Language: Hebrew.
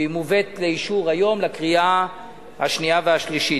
והיא מובאת לאישור היום לקריאה השנייה והשלישית.